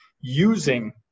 using